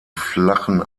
flachen